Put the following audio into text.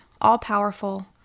all-powerful